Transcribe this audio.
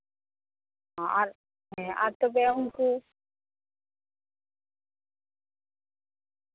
ᱦᱮᱸ ᱟᱨ ᱟᱨ ᱛᱚᱵᱮ ᱩᱱᱠᱩ